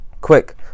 quick